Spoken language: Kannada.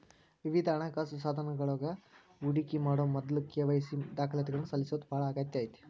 ವಿವಿಧ ಹಣಕಾಸ ಸಾಧನಗಳೊಳಗ ಹೂಡಿಕಿ ಮಾಡೊ ಮೊದ್ಲ ಕೆ.ವಾಯ್.ಸಿ ದಾಖಲಾತಿಗಳನ್ನ ಸಲ್ಲಿಸೋದ ಬಾಳ ಅಗತ್ಯ ಐತಿ